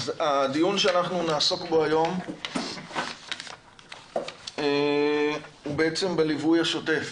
הדיון שאנחנו נעסוק בו היום הוא בליווי השוטף